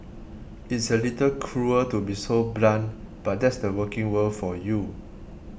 it's a little cruel to be so blunt but that's the working world for you